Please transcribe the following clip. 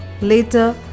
later